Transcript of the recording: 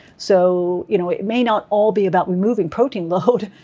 so, you know, it may not all be about removing protein load,